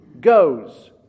goes